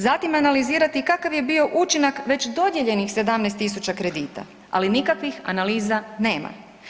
Zatim analizirati kakav je bio učinak već dodijeljenih 17 tisuća kredita, ali nikakvih analiza nema.